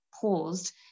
paused